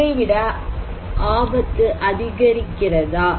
முன்பை விட ஆபத்து அதிகரிக்கிறதா